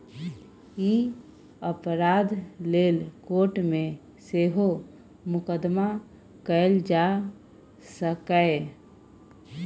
ई अपराध लेल कोर्ट मे सेहो मुकदमा कएल जा सकैए